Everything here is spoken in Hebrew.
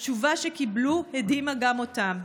התשובה שקיבלו הדהימה גם אותם,